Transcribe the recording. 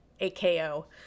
AKO